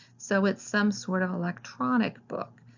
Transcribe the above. so it's some sort of electronic book.